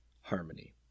harmony